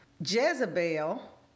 Jezebel